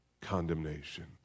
condemnation